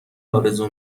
آرزو